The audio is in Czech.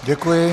Děkuji.